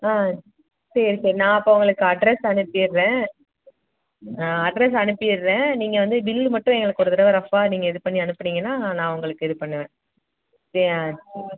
ஆ சரி சரி நான் அப்போ உங்களுக்கு அட்ரெஸ் அனுப்பிவிட்றேன் அட்ரெஸ் அனுப்பிவிட்றேன் நீங்கள் வந்து பில்லு மட்டும் எனக்கு ஒரு தடவை ரஃப்பாக நீங்க இது பண்ணி அனுப்புனிங்கனா நான் உங்களுக்கு இது பண்ணுவேன் சரியாக